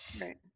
Right